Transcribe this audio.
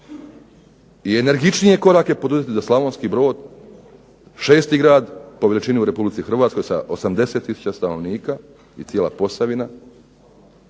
i energičnije korake poduzeti za Slavonski Brod, šesti grad po veličini u RH sa 80 tisuća stanovnika i cijela Posavina